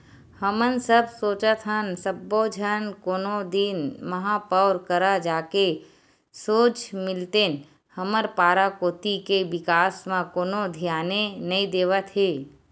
हमन सब सोचत हन सब्बो झन कोनो दिन महापौर करा जाके सोझ मिलतेन हमर पारा कोती के बिकास म कोनो धियाने नइ देवत हे